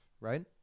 right